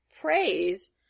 praise